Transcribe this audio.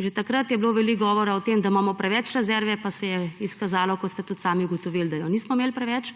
Že takrat je bilo veliko govora o tem, da imamo preveč rezerve, pa se je izkazalo, kot ste tudi sami ugotovili, da je nismo imeli preveč.